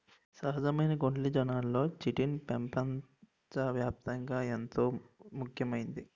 సహజమైన కొల్లిజన్లలో చిటిన్ పెపంచ వ్యాప్తంగా ఎంతో ముఖ్యమైంది